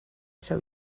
seu